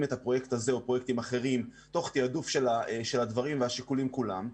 את הפרויקט הזה או פרויקטים אחרים תוך תעדוף של הדברים והשיקולים כולם,